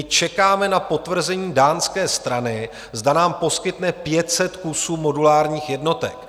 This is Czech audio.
Čekáme na potvrzení dánské strany, zda nám poskytne 500 kusů modulárních jednotek.